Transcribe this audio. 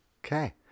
Okay